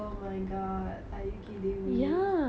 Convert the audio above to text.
ya அப்புறம் வேற என்ன செஞ்சீங்கே:appuram vera enna senchingae